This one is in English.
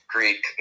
Greek